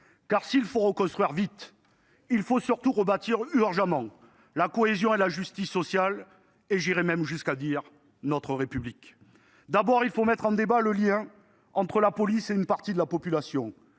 Car, s’il faut reconstruire vite, il faut surtout rebâtir urgemment la cohésion, la justice sociale et même, j’irai jusqu’à le dire, notre République. Tout d’abord, il faut débattre du lien entre la police et une partie de la population,